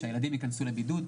שהילדים ייכנסו לבידוד,